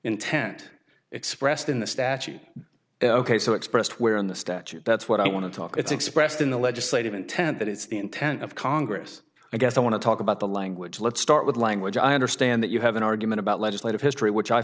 intent expressed in the statute ok so expressed where in the statute that's what i want to talk it's expressed in the legislative intent that it's the intent of congress i guess i want to talk about the language let's start with language i understand that you have an argument about legislative history which i